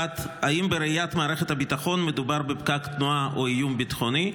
1. האם בראיית מערכת הביטחון מדובר בפקק תנועה או באיום ביטחוני?